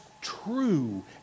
true